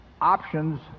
Options